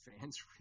fans